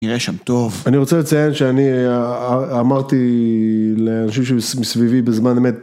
אני נראה שם טוב. אני רוצה לציין שאני אמרתי לאנשים שמסביבי בזמן אמת